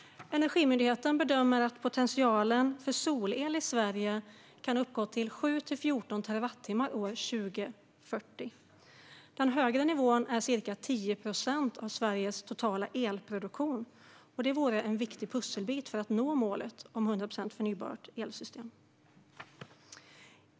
Energimyndigheten bedömer potentialen för solel i Sverige till 7-14 terawattimmar år 2040. Den högre nivån är cirka 10 procent av Sveriges totala elproduktion, och det vore en viktig pusselbit för att nå målet om ett 100 procent förnybart elsystem.